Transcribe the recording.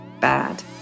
bad